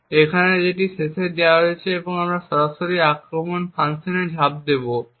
এটি এখানে শেষ হয়েছে এবং আমরা সরাসরি আক্রমণ ফাংশনে ঝাঁপ দেব